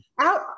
Out